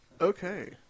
Okay